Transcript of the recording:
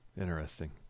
interesting